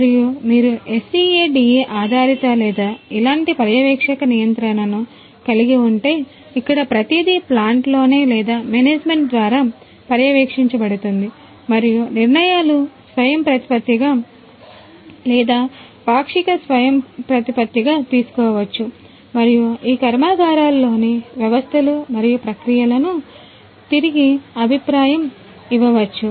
మరియు మీరు SCADA ఆధారిత లేదా ఇలాంటి పర్యవేక్షక నియంత్రణను కలిగి ఉంటే ఇక్కడ ప్రతిదీ ప్లాంట్లోనే లేదా మేనేజ్మెంట్ ద్వారా పర్యవేక్షించబడుతుంది మరియు నిర్ణయాలు స్వయంప్రతిపత్తిగా లేదా పాక్షిక స్వయంప్రతిపత్తిగా తీసుకోవచ్చు మరియు ఈ కర్మాగారాల్లోని వ్యవస్థలు మరియు ప్రక్రియలకు తిరిగి అభిప్రాయం ఇవ్వవచ్చు